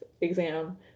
exam